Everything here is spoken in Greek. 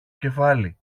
κεφάλι